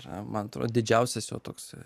yra man atrodo didžiausias jo toks